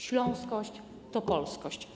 Śląskość to polskość.